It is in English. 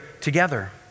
together